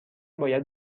باید